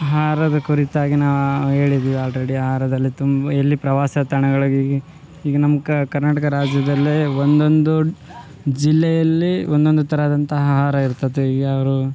ಆಹಾರದ ಕುರಿತಾಗಿ ನಾ ಹೇಳಿದಿವಿ ಆಲ್ರೆಡಿ ಆಹಾರದಲ್ಲಿ ತುಂಬ ಎಲ್ಲಿ ಪ್ರವಾಸ ತಾಣಗಳಿಗೆ ಈಗ ನಮ್ಮ ಕರ್ನಾಟಕ ರಾಜ್ಯದಲ್ಲೇ ಒಂದೊಂದು ಜಿಲ್ಲೆಯಲ್ಲಿ ಒಂದೊಂದು ತರದಂತಹ ಆಹಾರ ಇರ್ತೈತಿ ಯಾವ್ರು